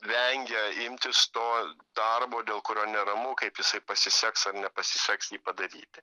vengia imtis to darbo dėl kurio neramu kaip jisai pasiseks ar nepasiseks jį padaryti